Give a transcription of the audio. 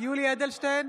יולי אדלשטיין,